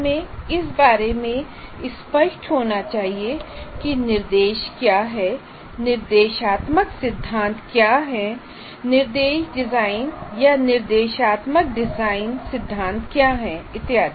हमें इस बारे में स्पष्ट होना चाहिए कि निर्देश क्या है निर्देशात्मक सिद्धांत क्या हैं निर्देश डिजाइन या निर्देशात्मक डिजाइन सिद्धांत क्या है इत्यादि